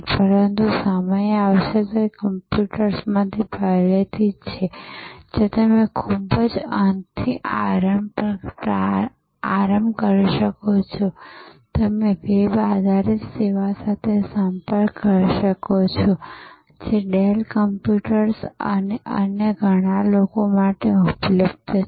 પરંતુ સમય આવશે તે કમ્પ્યુટર્સમાં પહેલેથી જ છે જ્યાં તમે ખૂબ જ અંતથી પ્રારંભ કરી શકો છો તમે વેબ આધારિત સેવા સાથે સંપર્ક કરી શકો છો જે ડેલ કમ્પ્યુટર્સ અને અન્ય ઘણા લોકો માટે ઉપલબ્ધ છે